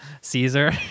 Caesar